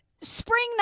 spring